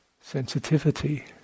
sensitivity